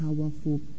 powerful